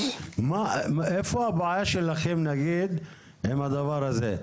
איפה הבעיה שלכם עם הדבר הזה?